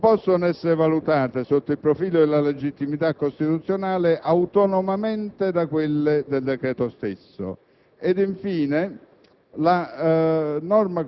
non possono essere valutate sotto il profilo della legittimità costituzionale autonomamente da quelle del decreto stesso».